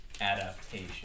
Adaptation